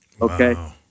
Okay